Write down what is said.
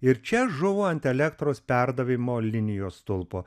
ir čia žuvo ant elektros perdavimo linijos stulpo